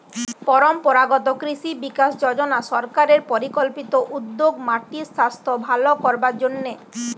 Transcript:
পরম্পরাগত কৃষি বিকাশ যজনা সরকারের পরিকল্পিত উদ্যোগ মাটির সাস্থ ভালো করবার জন্যে